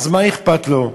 אז מה אכפת לו?